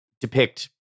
depict